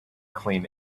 clean